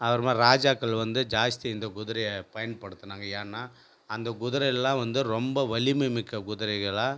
அப்புறமா ராஜாக்கள் வந்து ஜாஸ்தி இந்த குதிரையை பயன்படுத்துனாங்க ஏன்னால் அந்த குதிரை எல்லா வந்து ரொம்ப வலிமை மிக்க குதிரைகளா